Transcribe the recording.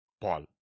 Paul